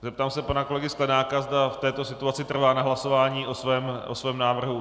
Zeptám se pana kolegy Sklenáka, zda v této situaci trvá na hlasování o svém návrhu.